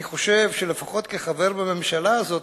אני חושב שלפחות כחבר בממשלה הזאת,